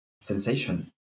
sensation